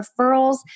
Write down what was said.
referrals